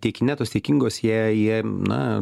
tiek inetos tiek ingos jie jie na